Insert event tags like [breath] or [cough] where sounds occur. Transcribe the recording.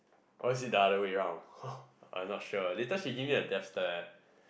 why is it the other way round [breath] I'm not sure ah later she give me the death stare